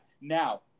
Now